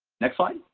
next slide.